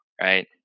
right